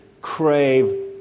crave